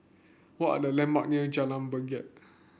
what are the landmark near Jalan Bangket